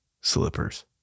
slippers